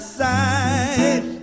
side